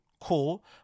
cool